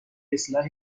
اصلاح